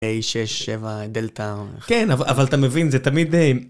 אי-שש-שבע-דלתא. כן, אבל אתה מבין, זה תמיד...